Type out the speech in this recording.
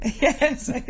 Yes